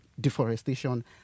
deforestation